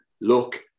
look